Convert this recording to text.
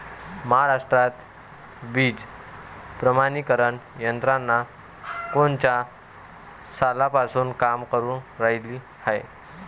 महाराष्ट्रात बीज प्रमानीकरण यंत्रना कोनच्या सालापासून काम करुन रायली हाये?